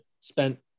spent